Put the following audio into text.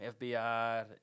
FBI